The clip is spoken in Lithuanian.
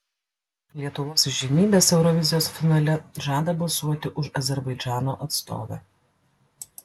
lietuvos įžymybės eurovizijos finale žada balsuoti už azerbaidžano atstovę